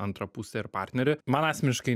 antrą pusę ir partnerį man asmeniškai